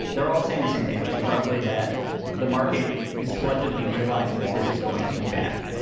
they're all saying the same thing, which is roughly that the market is collectively realizing that this is going to be bad.